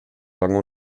lange